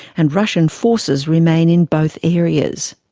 and russian forces remain in both areas.